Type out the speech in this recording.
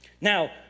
Now